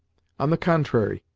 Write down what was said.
on the contrary,